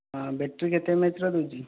battery କେତେ ଏମଏଚର ଦେଉଛି